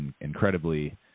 incredibly